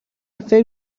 فکر